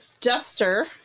duster